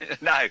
No